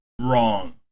wrong